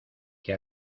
que